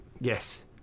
Yes